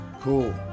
cool